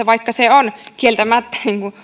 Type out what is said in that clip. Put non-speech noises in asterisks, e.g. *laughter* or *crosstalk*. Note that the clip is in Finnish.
*unintelligible* vaikka se on kieltämättä